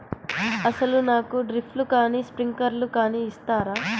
అసలు నాకు డ్రిప్లు కానీ స్ప్రింక్లర్ కానీ ఇస్తారా?